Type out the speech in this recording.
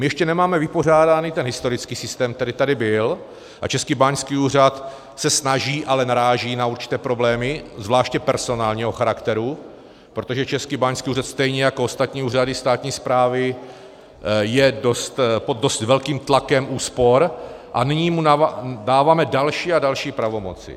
My ještě nemáme vypořádaný ten historický systém, který tady byl, a Český báňský úřad se snaží, ale naráží na určité problémy, zvláště personálního charakteru, protože Český báňský úřad stejně jako ostatní úřady státní správy je pod dost velkým tlakem úspor a nyní mu dáváme další a další pravomoce.